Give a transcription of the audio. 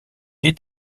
est